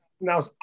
now